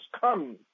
come